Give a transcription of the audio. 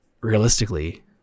realistically